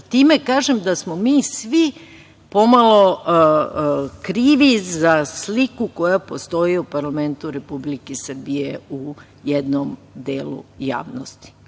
Time kažem da smo mi svi pomalo krivi za sliku koja postoji o parlamentu Republike Srbije u jednom delu javnosti